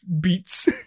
beats